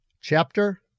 Chapter